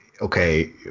okay